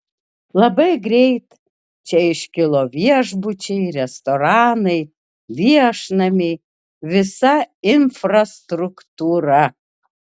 labai greit čia iškilo viešbučiai restoranai viešnamiai visa infrastruktūra